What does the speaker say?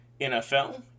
NFL